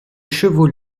chevaux